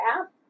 app